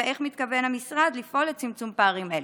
איך מתכוון המשרד לפעול לצמצום פערים אלה?